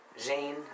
Zane